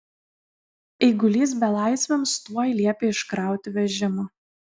eigulys belaisviams tuoj liepė iškrauti vežimą